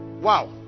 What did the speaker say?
Wow